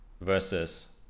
versus